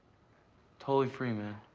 totally free, man.